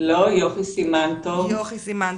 יוכי סימן טוב.